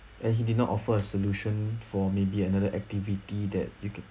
and he did not offer a solution for maybe another activity that you can